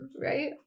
Right